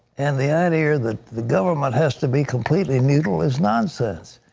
and the idea that the government has to be completely neutral is nonsense.